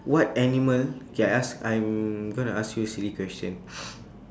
what animal K I ask I'm gonna ask you silly question